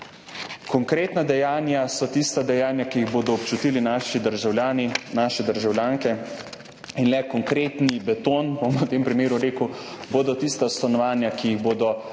Konkretna dejanja so tista dejanja, ki jih bodo občutili naši državljani, naše državljanke, in le konkreten beton, bom v tem primeru rekel, bodo tista stanovanja, ki jih bodo zasedli